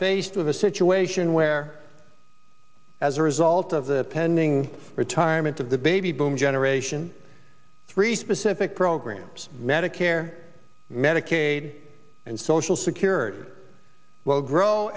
faced with a situation where as a result of the pending retirement of the baby boom generation three specific programs medicare medicaid and social security will grow